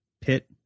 pit